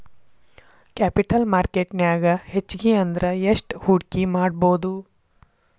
Capital market ನ್ಯಾಗ್ ಹೆಚ್ಗಿ ಅಂದ್ರ ಯೆಸ್ಟ್ ಹೂಡ್ಕಿಮಾಡ್ಬೊದು?